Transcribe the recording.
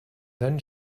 then